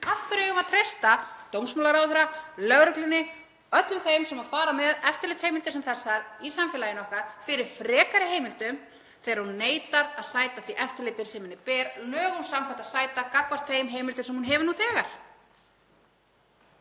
eigum við að treysta dómsmálaráðherra, lögreglunni, öllum þeim sem fara með eftirlitsheimildir sem þessar í samfélaginu okkar, fyrir frekari heimildum þegar lögreglan neitar að sæta því eftirliti sem henni ber lögum samkvæmt að sæta gagnvart þeim heimildum sem hún hefur nú þegar?